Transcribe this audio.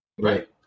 Right